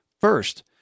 first